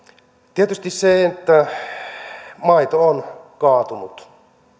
tietysti maito on kaatunut